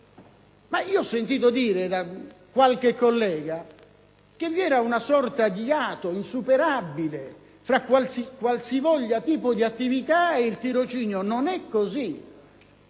Ho sentito dire da qualche collega che vi era una sorta di iato insuperabile fra qualsivoglia tipo di attività ed il tirocinio. Non è così: